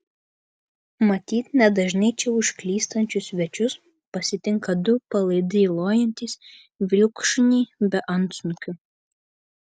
matyt nedažnai čia užklystančius svečius pasitinka du palaidi lojantys vilkšuniai be antsnukių